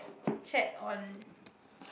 chat on